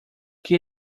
que